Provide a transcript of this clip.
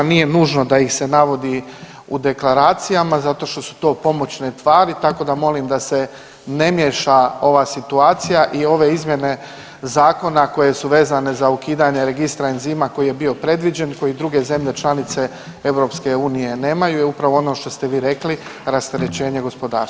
Nije nužno da ih se navodi u deklaracijama zato što su to pomoćne tvari, tako da molim da se ne miješa ova situacija i ove izmjene zakona koje su vezane za ukidanje registra enzima koji je bio predviđen, koji druge zemlje članice EU nemaju i upravo ono što ste vi rekli rasterećenje gospodarstva.